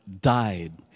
died